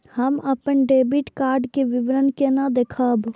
हम अपन debit card के विवरण केना देखब?